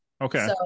okay